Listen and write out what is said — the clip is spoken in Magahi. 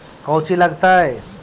कौची लगतय?